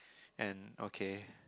and okay